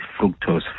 fructose